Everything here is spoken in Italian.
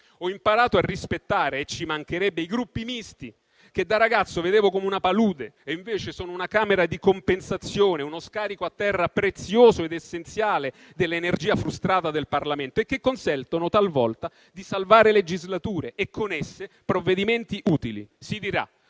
Ho imparato a rispettare - e ci mancherebbe - i Gruppi misti che da ragazzo vedevo come una palude e invece sono una camera di compensazione, uno scarico a terra prezioso ed essenziale dell'energia frustrata del Parlamento e che consentono talvolta di salvare legislature e con esse provvedimenti utili; si dirà: